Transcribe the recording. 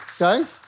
okay